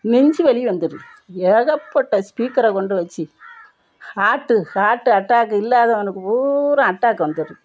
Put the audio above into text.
நெஞ்சுவலி வந்துடுது ஏகப்பட்ட ஸ்பீக்கரை கொண்டு வச்சு ஹார்ட்டு ஹார்ட்டு அட்டாக் இல்லாதவனுக்கு பூரா அட்டாக் வந்துடுது